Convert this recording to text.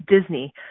Disney